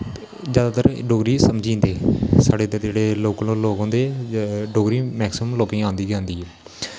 जैदातर डोगरी समझी जंदे साढ़े जेह्ड़े इद्धर दे लोकल लोग होंदे न डोगरी मैकसिमम लोकें गी आंदी गै आंदी ऐ